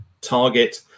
target